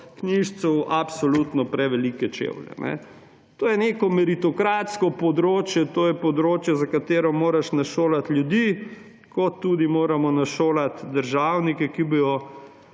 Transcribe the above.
knjižico, v absolutno prevelike čevlje. To je neko meritokratsko področje, to je področje, za katero moraš našolati ljudi, kot tudi moramo našolati državnike, ki bodo